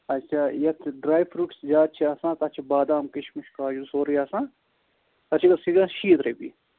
اَچھا یَتھ یہِ ڈرٛے فروٗٹٕس زیادٕ چھِ آسان تتھ چھِ بادام کِشمِش کاجوٗ سورُے آسان تتھ چھُ گژھان سُہ چھُ گژھان شیٖتھ رۄپیہِ